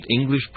English